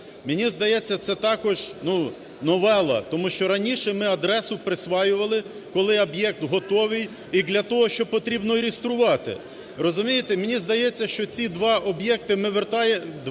мені здається, це також новела. Тому що раніше ми адресу присвоювали, коли об'єкт готовий і для того, що потрібно реєструвати. Розумієте, мені здається, що ці два об'єкти, два